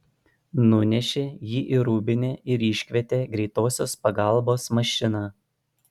nunešė jį į rūbinę ir iškvietė greitosios pagalbos mašiną